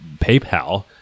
PayPal